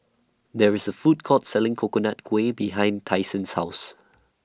There IS A Food Court Selling Coconut Kuih behind Tyson's House